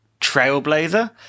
Trailblazer